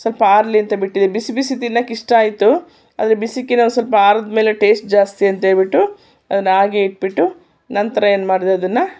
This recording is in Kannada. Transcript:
ಸ್ವಲ್ಪ ಆರಲಿ ಅಂತ ಬಿಟ್ಟಿದೆ ಬಿಸಿ ಬಿಸಿ ತಿನ್ನೋಕ್ಕೆ ಇಷ್ಟ ಆಯಿತು ಆದರೆ ಬಿಸಿಗೆ ಇರೋದು ಸ್ವಲ್ಪ ಆರಿದ ಮೇಲೆ ಟೇಸ್ಟ್ ಜಾಸ್ತಿ ಅಂತ ಹೇಳಿಬಿಟ್ಟು ಅದನ್ನು ಹಾಗೆ ಇಟ್ಬಿಟ್ಟು ನಂತರ ಏನು ಮಾಡಿದೆ ಅದನ್ನು